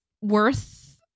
worth